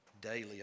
daily